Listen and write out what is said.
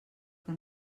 que